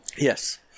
Yes